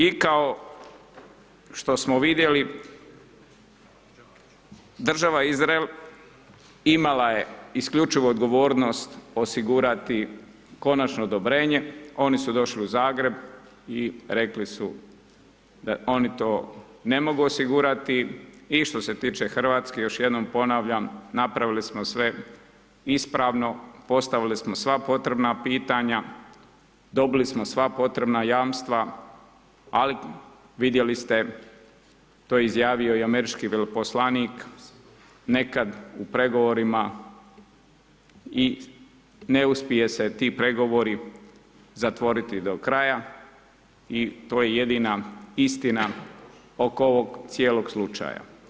I kao što smo vidjeli, država Izrael imala je isključivu odgovornost osigurati konačno odobrenje, oni su došli u Zagreb i rekli su da oni to ne mogu osigurati i što se tiče RH, još jednom ponavljam, napravili smo sve ispravno, postavili smo sva potrebna pitanja, dobili smo sva potrebna jamstva, ali vidjeli ste, to je izjavio i američki veleposlanik nekad u pregovorima i ne uspije se ti pregovori zatvoriti do kraja I to je jedina istina oko ovog cijelog slučaja.